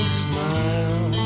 smile